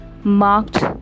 marked